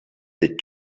that